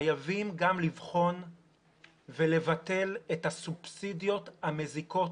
חייבים גם לבחון ולבטל את הסובסידיות המזיקות